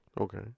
Okay